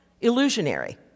Illusionary